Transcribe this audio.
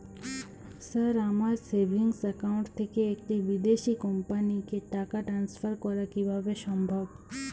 Sir আমার savings account থেকে একটি বিদেশি কোম্পানিকে টাকা ট্রান্সফার করা কীভাবে সম্ভব?